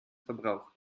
verbraucht